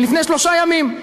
מלפני שלושה ימים: